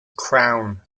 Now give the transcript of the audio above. crown